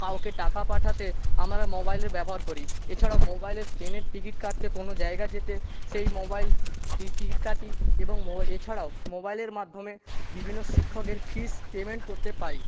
কাউকে টাকা পাঠাতে আমরা মোবাইলের ব্যবহার করি এছাড়াও মোবাইলে ট্রেনের টিকিট কাটতে কোনও জায়গা যেতে সেই মোবাইল টিকিট কাটি এবং এছাড়াও মোবাইলের মাধ্যমে বিভিন্ন শিক্ষকের ফীস পেমেন্ট করতে পারি